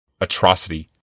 Atrocity